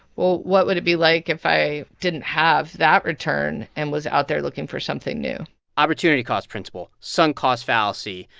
well, what would it be like if i didn't have that return and was out there looking for something new opportunity cost principle, sunk cost fallacy,